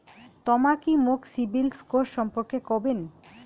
তমা কি মোক সিবিল স্কোর সম্পর্কে কবেন?